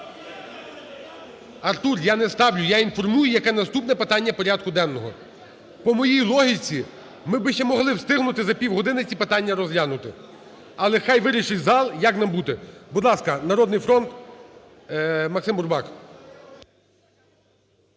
Артур, я не ставлю, я інформую, яке наступне питання порядку денного. По моїй логіці, ми б же могли встигнути за півгодини ці питання розглянути. Але нехай вирішить зал, як нам бути. Будь ласка, "Народний фронт" Максим Бурбак.